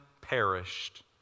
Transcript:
perished